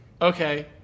okay